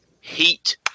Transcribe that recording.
Heat